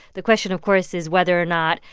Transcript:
the question, of course, is whether or not,